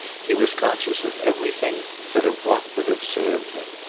he was conscious of everything but of what would have served him.